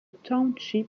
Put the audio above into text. township